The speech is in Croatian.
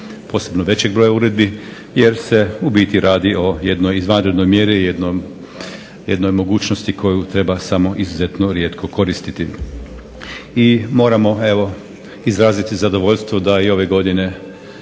posebno većeg broja uredbi jer se u biti radi o jednoj izvanrednoj mjeri, jednoj mogućnosti koju treba samo izuzetno rijetko koristiti. I moramo evo izraziti zadovoljstvo da i ove godine